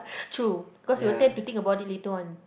true cause you will tend to think about it later on